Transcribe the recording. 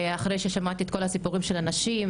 אחרי ששמעתי את כל הסיפורים של הנשים,